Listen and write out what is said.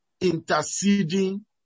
interceding